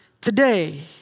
today